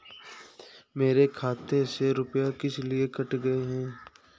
मेरे खाते से रुपय किस लिए काटे गए हैं?